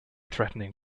threatening